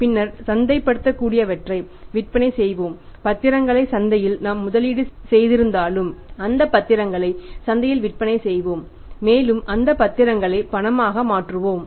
பின்னர் சந்தைப்படுத்தக்கூடியவற்றை விற்பனை செய்வோம் பத்திரங்களை சந்தையில் நாம் முதலீடு செய்திருந்தாலும் அந்த பத்திரங்களை சந்தையில் விற்பனை செய்வோம் மேலும் அந்த பத்திரங்களை பணமாக மாற்றுவோம்